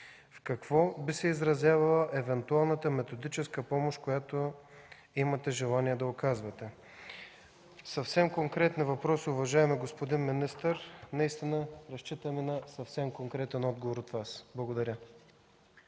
какво би се изразявала евентуалната методическа помощ, която имате желание да оказвате? Съвсем конкретни въпроси, уважаеми господин министър, наистина разчитаме на съвсем конкретен отговор от Вас. Благодаря.